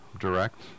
direct